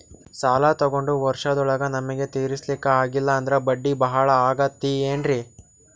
ಸಾಲ ತೊಗೊಂಡು ವರ್ಷದೋಳಗ ನಮಗೆ ತೀರಿಸ್ಲಿಕಾ ಆಗಿಲ್ಲಾ ಅಂದ್ರ ಬಡ್ಡಿ ಬಹಳಾ ಆಗತಿರೆನ್ರಿ?